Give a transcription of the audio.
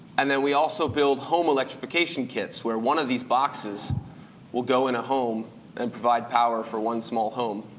and then we also build home electrification kits, where one of these boxes will go in a home and provide power for one small home.